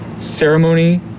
Ceremony